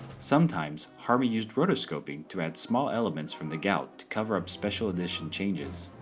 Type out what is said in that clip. sometimes, harmy used rotoscoping to add small elements from the gout to cover up special edition changes.